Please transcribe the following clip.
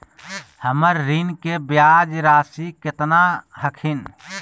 हमर ऋण के ब्याज रासी केतना हखिन?